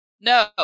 No